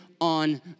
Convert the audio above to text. on